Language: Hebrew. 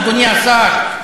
אדוני השר,